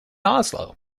oslo